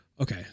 okay